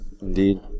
Indeed